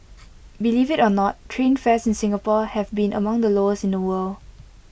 believe IT or not train fares in Singapore have been among the lowest in the world